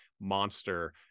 monster